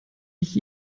mich